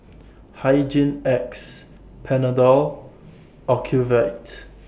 Hygin X Panadol Ocuvite